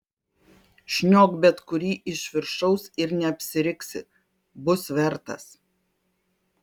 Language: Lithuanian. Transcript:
šniok bet kurį iš viršaus ir neapsiriksi bus vertas